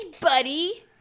buddy